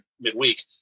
midweek